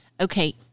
Okay